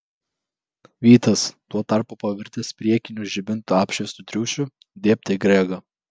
vytas tuo tarpu pavirtęs priekinių žibintų apšviestu triušiu dėbt į gregą